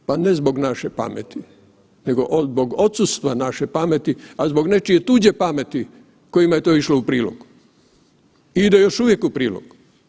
Pa ne zbog naše pameti nego zbog odsustva naše pameti, a zbog nečije tuđe pameti kojima je to išlo u prilog i ide još uvijek u prilog.